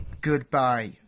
Goodbye